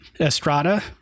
Estrada